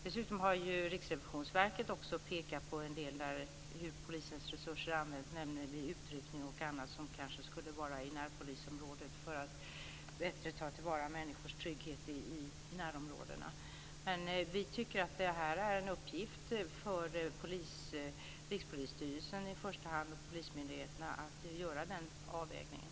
Dessutom har Riksrevisionsverket pekat på en del när det gäller hur polisens resurser används vid utryckning och annat när de kanske skulle vara i närpolisområdet för att man bättre skulle kunna tillgodose människors trygghet i närområdena. Men vi tycker att det är en uppgift för i första hand Rikspolisstyrelsen och polismyndigheterna att göra den avvägningen.